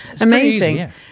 Amazing